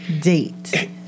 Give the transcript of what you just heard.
date